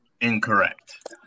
incorrect